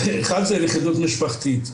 האחד זה לכידות משפחתית.